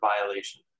violation